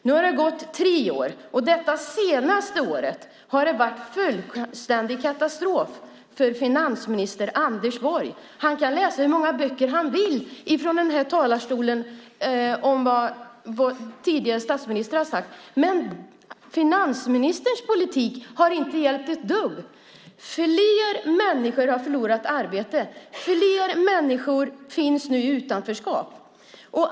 Nu har det gått tre år, och det senaste året har varit en fullständig katastrof för finansminister Anders Borg. Han kan läsa hur många böcker han vill i den här talarstolen om vad vår tidigare statsminister har sagt, men finansministerns politik har inte hjälpt ett dugg. Fler människor har förlorat arbetet. Fler människor befinner sig nu i utanförskap.